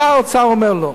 בא האוצר אומר: לא.